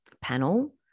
panel